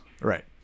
right